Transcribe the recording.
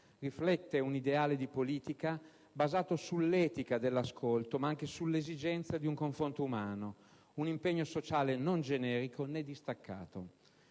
riflette un ideale di politica basato sull'etica dell'ascolto ma anche sull'esigenza di un confronto umano, un impegno sociale non generico né distaccato.